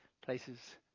places